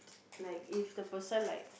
like if the person like